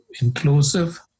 inclusive